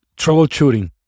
troubleshooting